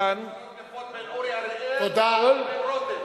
בין אורי אריאל לבין רותם.